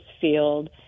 field